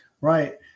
Right